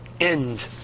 end